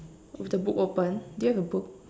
with the book open do you have a book